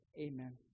amen